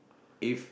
if